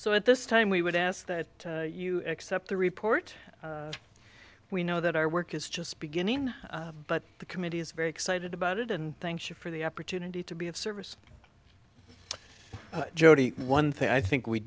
so at this time we would ask that you accept the report we know that our work is just beginning but the committee is very excited about it and thank you for the opportunity to be of service jody one thing i think we